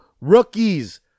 rookies